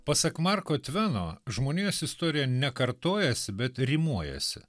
pasak marko tveno žmonijos istorija ne kartojasi bet rimuojasi